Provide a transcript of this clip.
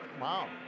Wow